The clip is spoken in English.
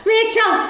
Rachel